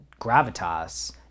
gravitas